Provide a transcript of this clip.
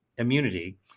immunity